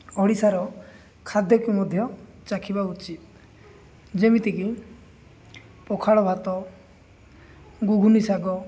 ଓଡ଼ିଶାର ଖାଦ୍ୟକୁ ମଧ୍ୟ ଚାଖିବା ଉଚିତ୍ ଯେମିତିକି ପଖାଳ ଭାତ ଗୁଗୁନି ଶାଗ